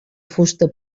fusta